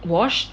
washed